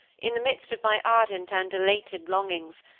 in the midst of my ardent and elated longings,